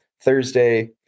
Thursday